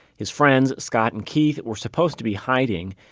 his friends, scott and keith, were supposed to be hiding.